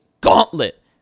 gauntlet